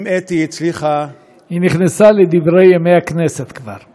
אם אתי הצליחה, היא נכנסה ל"דברי הכנסת" כבר.